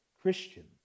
Christian